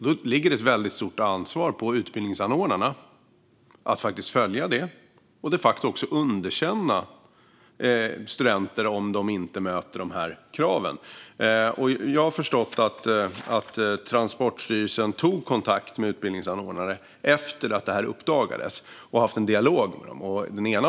Det ligger ett stort ansvar på utbildningsanordnarna att följa det och att de facto underkänna studenter som inte möter kraven. Jag har förstått att Transportstyrelsen tog kontakt med och haft en dialog med utbildningsanordnare efter att det här uppdagades. Den ena har underkänt studenter.